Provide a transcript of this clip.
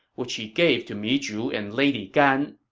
which he gave to mi zhu and lady gan.